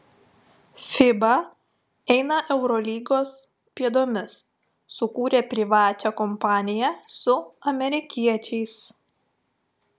fiba eina eurolygos pėdomis sukūrė privačią kompaniją su amerikiečiais